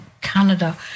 canada